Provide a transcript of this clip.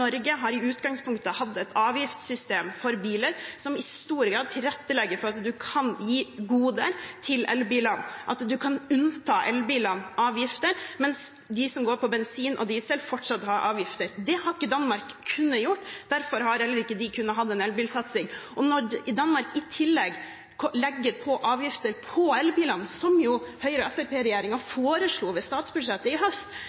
Norge i utgangspunktet har hatt et avgiftssystem for biler som i stor grad tilrettelegger for at man kan gi goder til elbilene, og at elbilene kan unntas avgifter, mens de som går på bensin og diesel, fortsatt har avgifter. Det har ikke Danmark kunnet gjøre, og derfor har de heller ikke kunnet ha en elbilsatsing. Når Danmark i tillegg legger avgifter på elbilene, som Høyre–Fremskrittsparti-regjeringen foreslo i statsbudsjettet i fjor høst, blir konsekvensen at Danmarks elbilsatsing tryner fullstendig. I stad var det et